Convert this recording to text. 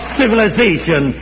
civilization